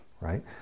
right